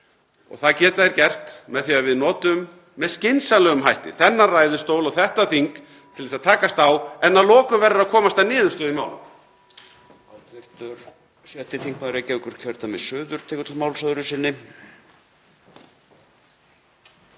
Það geta þeir gert með því að við notum með skynsamlegum hætti þennan ræðustól og þetta þing til þess að takast á. En að lokum verður að komast að niðurstöðu í málum.